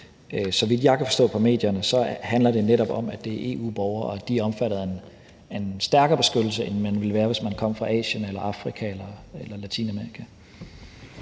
så vidt jeg kan forstå på medierne, handler det netop om, at det er EU-borgere, og at de er omfattet af en bedre beskyttelse, end man ville være, hvis man kom fra Asien, Afrika eller Latinamerika.